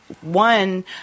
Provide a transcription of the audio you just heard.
One